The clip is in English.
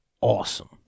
awesome